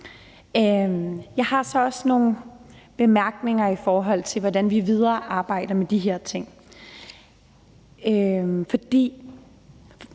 Jeg har så også nogle bemærkninger, i forhold til hvordan vi arbejder videre med de her ting.